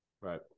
Right